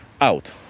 out